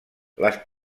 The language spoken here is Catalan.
les